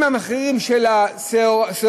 אם מחירי השעורה,